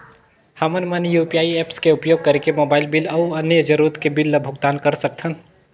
हमन मन UPI apps के उपयोग करिके मोबाइल बिल अऊ अन्य जरूरत के बिल ल भुगतान कर सकथन